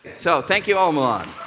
so, thank you omalon.